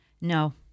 No